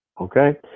okay